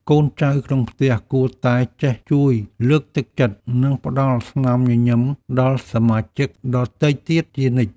កូនចៅក្នុងផ្ទះគួរតែចេះជួយលើកទឹកចិត្ត និងផ្តល់ស្នាមញញឹមដល់សមាជិកដទៃទៀតជានិច្ច។